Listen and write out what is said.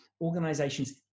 Organizations